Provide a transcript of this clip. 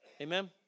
Amen